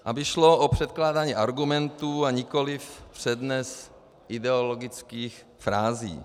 Aby šlo o předkládání argumentů, a nikoliv přednes ideologických frází.